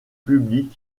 public